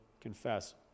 confess